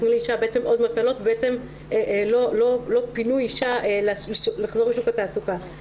נתנו לאישה עוד מטלות ולא פינו אישה לחזור לשוק התעסוקה.